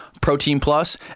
protein-plus